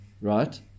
right